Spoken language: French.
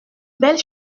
belle